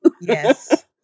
Yes